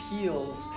heels